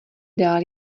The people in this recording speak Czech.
dál